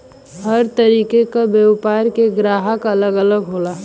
हर तरीके क व्यापार के ग्राहक अलग अलग होला